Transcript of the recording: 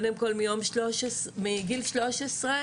קודם כל מגיל שלוש עשרה,